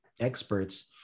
experts